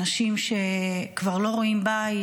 אנשים שכבר לא רואים בית,